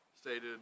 stated